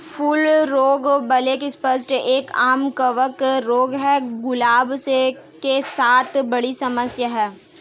फूल रोग black spot एक, आम कवक रोग है, गुलाब के साथ बड़ी समस्या है